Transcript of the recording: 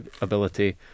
ability